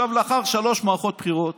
עכשיו, לאחר שלוש מערכות בחירות,